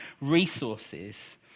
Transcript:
resources